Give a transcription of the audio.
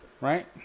right